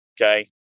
okay